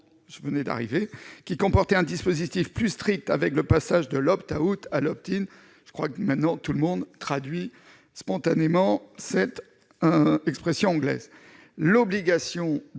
je venais d'arriver